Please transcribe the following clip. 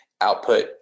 output